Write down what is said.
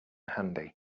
handy